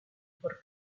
por